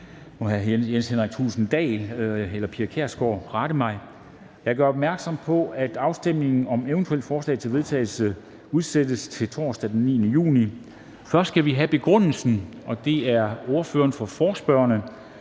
Jeg gør opmærksom på, at afstemning om eventuelle forslag til vedtagelse udsættes til torsdag den 9. juni 2022. Først skal vi have begrundelsen, og den får vi af ordføreren for forespørgerne,